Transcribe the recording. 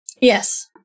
Yes